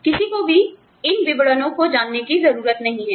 किसी को भी इन विवरणों को जानने की जरूरत नहीं है